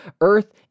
Earth